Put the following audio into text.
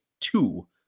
two